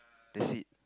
the seat